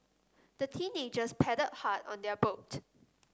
the teenagers paddled hard on their boat